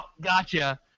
Gotcha